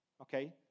Okay